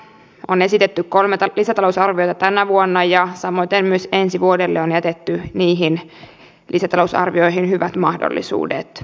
on esitetty kolme lisätalousarviota tänä vuonna ja samoiten myös ensi vuodelle on jätetty lisätalousarvioihin hyvät mahdollisuudet